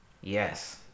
Yes